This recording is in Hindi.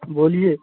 बोलिए